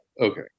Okay